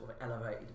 elevated